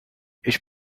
ich